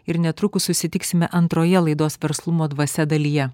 ir netrukus susitiksime antroje laidos verslumo dvasia dalyje